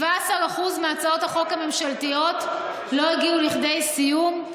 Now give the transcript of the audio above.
17% מהצעות החוק הממשלתיות לא הגיעו לכדי סיום.